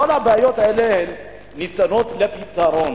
כל הבעיות האלה ניתנות לפתרון.